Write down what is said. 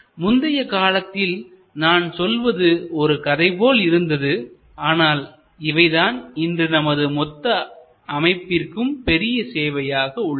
முந்தைய காலத்தில் நான் சொல்வது ஒரு கதை போல் இருந்தது ஆனால் இவைதான் இன்று நமது மொத்த அமைப்பிற்கும் பெரிய சேவையாக உள்ளது